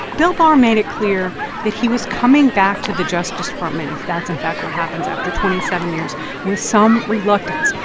bill barr made it clear that he was coming back to the justice department, if that's, in fact, what happens, after twenty seven years with some reluctance.